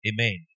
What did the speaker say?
Amen